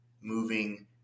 moving